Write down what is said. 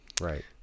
Right